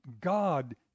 God